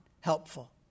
helpful